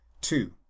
two